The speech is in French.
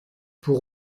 pour